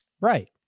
right